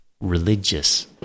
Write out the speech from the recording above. religious